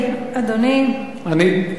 אני אענה.